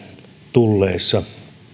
tulleessa